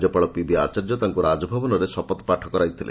ରାଜ୍ୟପାଳ ପିବି ଆଚାର୍ଯ୍ୟ ତାଙ୍କୁ ରାଜଭବନରେ ଶପଥପାଠ କରାଇଥିଲେ